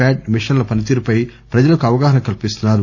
pot మిషన్ల పనితీరుపై ప్రజలకు అవగాహన కల్పిస్తున్నారు